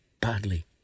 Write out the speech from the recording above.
badly